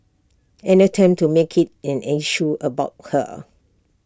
and attempt to make IT and an issue about her